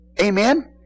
Amen